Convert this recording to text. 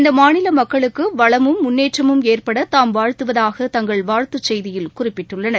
இந்த மாநில மக்களுக்கு வளமும் முன்னேற்றமும் ஏற்பட தாம் வாழ்த்துவதாக தங்கள் வாழ்த்துச் செய்தியில் குறிப்பிட்டுள்ளன்